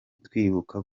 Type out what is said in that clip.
twibuka